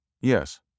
Yes